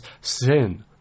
sin